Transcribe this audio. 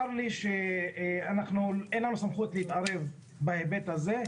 צר לי שאין לנו סמכות להתערב בהיבט הזה,